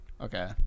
Okay